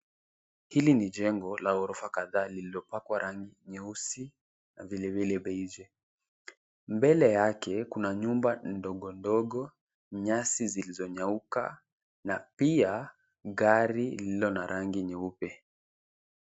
Hili ni jengo la gorofa kadhaa lililopakwa rangi nyeusi na vilevile beige . Mbele yake kuna nyumba dogodogo, nyasi zilizonyauka na pia gari lililo na rangi nyeupe.